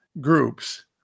groups